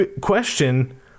question